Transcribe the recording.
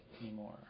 anymore